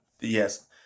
yes